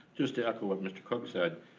just to echo what mr. cook said,